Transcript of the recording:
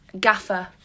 Gaffer